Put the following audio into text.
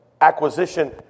acquisition